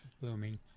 blooming